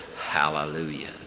hallelujah